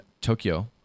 Tokyo